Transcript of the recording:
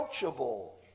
approachable